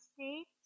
states